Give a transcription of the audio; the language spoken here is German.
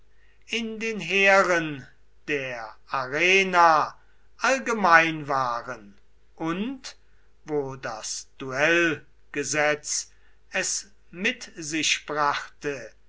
in den heeren der arena allgemein waren und wo das duellgesetz es mit sich brachte